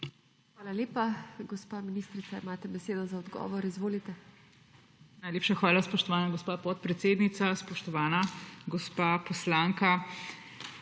Hvala lepa. Gospa ministrica, imate besedo za odgovor. Izvolite. DR. SIMONA KUSTEC: Najlepša hvala, spoštovana gospa podpredsednica. Spoštovana gospa poslanka